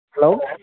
hello